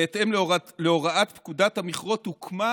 בהתאם להוראת פקודת המכרות הוקמה